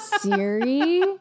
Siri